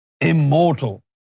immortal